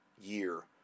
year